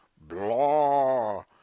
blah